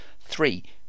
Three